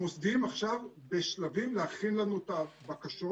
המוסדיים עכשיו בשלבים להכין לנו את הבקשות.